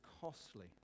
costly